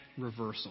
Reversal